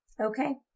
Okay